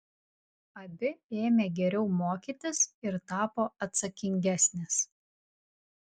abi ėmė geriau mokytis ir tapo atsakingesnės